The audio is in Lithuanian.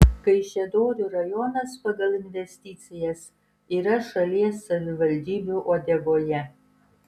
kaišiadorių rajonas pagal investicijas yra šalies savivaldybių uodegoje